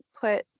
put